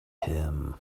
him